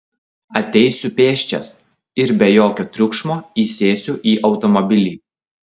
ateisiu pėsčias ir be jokio triukšmo įsėsiu į automobilį